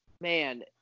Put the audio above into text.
man